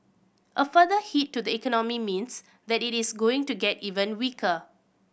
a further hit to the economy means that it is going to get even weaker